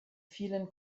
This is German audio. vielen